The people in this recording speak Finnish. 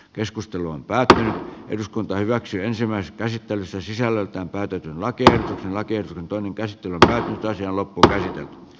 keskustelun päättää eduskunta hyväksyy ensimmäisessä käsittelyssä sisällöltään päätetyn lakin alakerran toinen käsi tai toisella pukee p